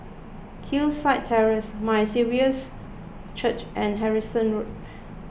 Hillside Terrace My Saviour's Church and Harrison Road